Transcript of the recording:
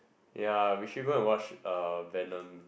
ya we should go and watch uh venom